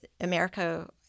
America